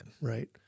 Right